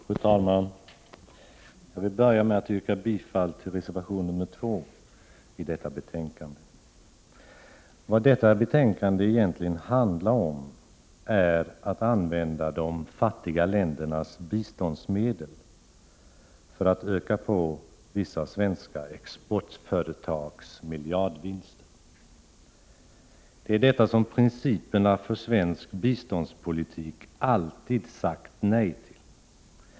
Fru talman! Jag vill börja med att yrka bifall till reservation 2 vid detta betänkande. Vad detta betänkande egentligen handlar om är att ytterligare använda de fattiga ländernas biståndsmedel för att öka på vissa svenska exportföretags miljardvinster. Det är detta som principerna för svensk biståndspolitik alltid har sagt nej till.